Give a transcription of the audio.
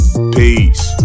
Peace